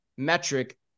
Metric